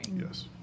Yes